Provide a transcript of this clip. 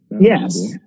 yes